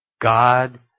God